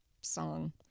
song